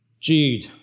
Jude